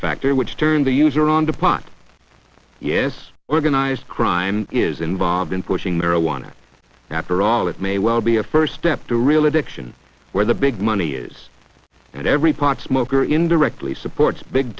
factor which turned the user on the pot yes organized crime is involved in pushing marijuana afterall it may well be a first step to real addiction where the big money is that every pot smoker indirectly supports big